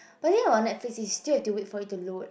but then hor Netflix you still have to wait for it to load